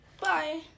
Bye